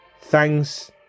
Thanks